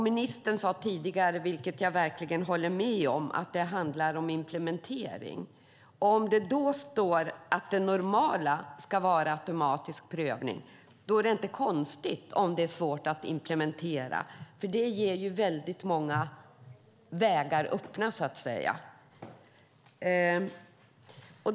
Ministern sade tidigare att det handlar om implementering, vilket jag verkligen håller med om. Om det då står att det normala ska vara automatisk prövning är det inte konstigt om det är svårt att implementera, för det lämnar många vägar öppna.